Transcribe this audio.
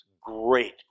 Great